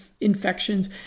infections